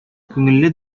күңелле